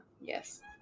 Yes